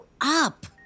up